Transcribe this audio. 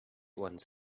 ones